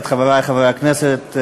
חברי חברי הכנסת,